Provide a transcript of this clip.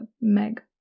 meg